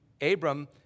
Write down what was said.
Abram